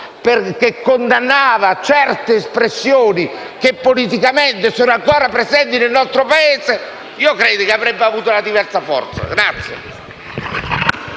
perché condannava certe espressioni che politicamente sono ancora presenti nel nostro Paese. Credo che avrebbe avuto una diversa forza.